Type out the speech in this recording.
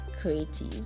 creative